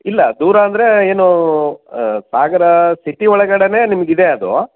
ಇಲ್ಲ ದೂರ ಅಂದರೆ ಏನು ಸಾಗರ ಸಿಟಿ ಒಳಗಡೆಯೇ ನಿಮಗಿದೆ ಅದು